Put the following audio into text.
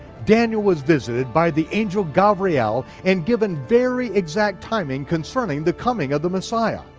daniel was visited by the angel gabriel, and given very exact timing concerning the coming of the messiah.